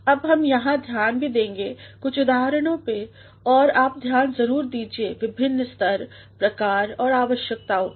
अब हम यहाँ ध्यान भी देंगे कुछ उदाहरणों पे और आप ध्यान जरूर दीजिए विभिन्नस्तर प्रकार और आवश्यकताओं पर